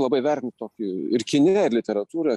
labai vertinu tokį ir kine ir literatūroje